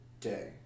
day